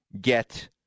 get